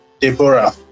Deborah